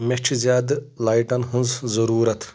مےٚ چھِ زیادٕ لایٹن ہٕنز ضروٗرت